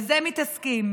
בזה מתעסקים.